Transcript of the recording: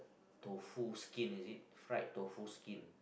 tofu skin is it fried tofu skin